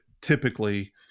typically